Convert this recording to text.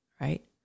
right